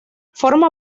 forma